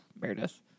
Meredith